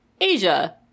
Asia